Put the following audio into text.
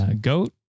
goat